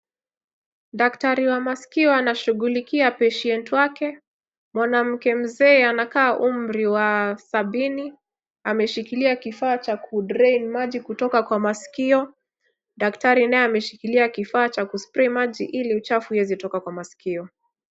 Daktari wa maskio anashughulikia patient wake. Mwanamke mzee anakaa umri wa sabini ameshikilia kifaa cha ku drain maji kutoka kwa maskio, daktari naye ameshikilia kifaa cha ku spray maji ili uchafu iweze kutoka kwa maskio.